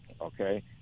okay